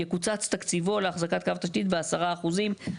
יקוצץ תקציבו להחזקת קו תשתית ב-10%.".